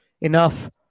Enough